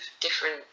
different